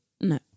no